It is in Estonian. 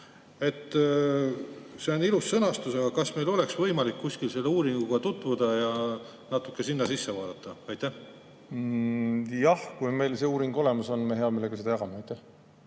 See on ilus sõnastus. Aga kas meil oleks võimalik kuskil selle uuringuga tutvuda ja natuke sinna sisse vaadata? Jah, kui meil see uuring olemas on, siis me hea meelega seda jagame. Jah,